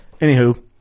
anywho